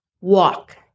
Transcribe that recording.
Walk